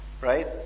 Right